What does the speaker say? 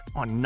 on